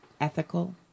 Ethical